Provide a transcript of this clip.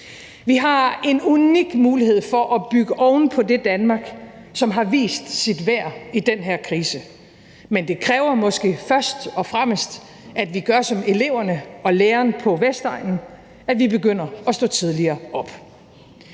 Vi har en unik mulighed for at bygge oven på det Danmark, som har vist sit værd i den her krise. Men det kræver måske først og fremmest, at vi gør som eleverne og læreren på Vestegnen – at vi begynder at stå tidligere op.